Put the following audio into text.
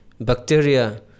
bacteria